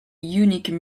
unique